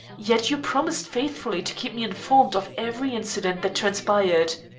yet you promised faithfully to keep me informed of every incident that transpired.